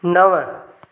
नव